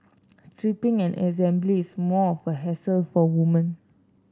stripping and assembly is more of a hassle for women